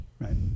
Right